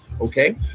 Okay